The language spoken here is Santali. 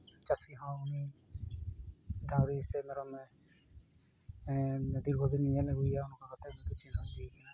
ᱪᱟᱹᱥᱤ ᱦᱚᱸ ᱩᱱᱤ ᱰᱟᱹᱝᱨᱤ ᱥᱮ ᱢᱮᱨᱚᱢᱮ ᱫᱤᱨᱜᱷᱚ ᱫᱤᱱᱮ ᱧᱮᱞ ᱟᱜᱩᱭᱮᱭᱟ ᱚᱱᱠᱟ ᱠᱟᱛᱮ ᱪᱤᱱᱦᱟᱹᱣ ᱤᱫᱤᱭᱮ ᱠᱟᱱᱟᱭ